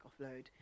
offload